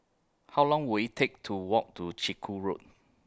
How Long Will IT Take to Walk to Chiku Road